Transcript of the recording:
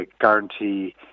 guarantee